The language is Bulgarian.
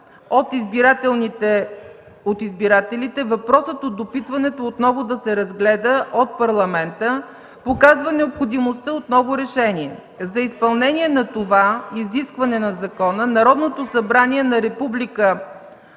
от избирателите въпросът от допитването отново да се разгледа от Парламента, показва необходимостта от ново решение. За изпълнение на това изискване на закона Народното събрание на Република